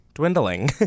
Dwindling